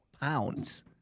pounds